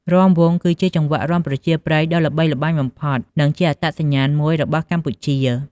រាំវង់ គឺជាចង្វាក់រាំប្រជាប្រិយដ៏ល្បីល្បាញបំផុត និងជាអត្តសញ្ញាណមួយរបស់ប្រទេសកម្ពុជា។